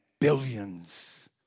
billions